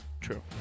True